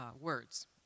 words